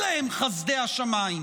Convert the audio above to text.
אלה הם חסדי השמיים: